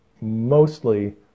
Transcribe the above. mostly